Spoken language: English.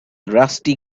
rusty